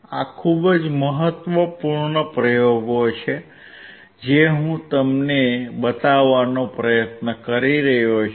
આ ખૂબ જ મહત્વપૂર્ણ પ્રયોગો છે જે હું તમને બતાવવાનો પ્રયત્ન કરી રહ્યો છું